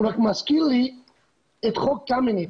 הוא רק מזכיר לי את חוק קמיניץ,